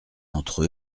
entre